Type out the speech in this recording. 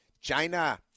China